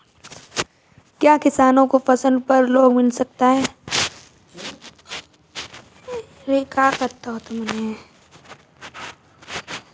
क्या किसानों को फसल पर लोन मिल सकता है?